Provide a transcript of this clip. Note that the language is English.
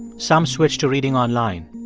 some switched to reading online.